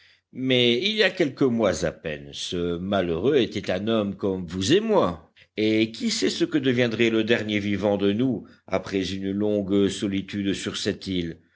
mais il y a quelques mois à peine ce malheureux était un homme comme vous et moi et qui sait ce que deviendrait le dernier vivant de nous après une longue solitude sur cette île